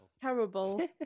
Terrible